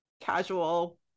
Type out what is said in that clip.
casual